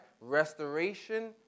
restoration